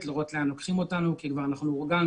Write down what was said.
לראות לאן לוקחים אותנו כי כבר הורגלנו,